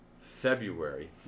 February